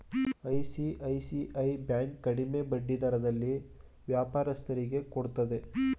ICICI bank ಕಡಿಮೆ ಬಡ್ಡಿ ದರದಲ್ಲಿ ವ್ಯಾಪಾರಸ್ಥರಿಗೆ ಕೊಡುತ್ತದೆ